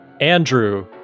Andrew